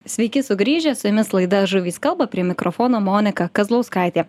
sveiki sugrįžę su jumis laida žuvys kalba prie mikrofono monika kazlauskaitė